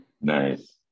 Nice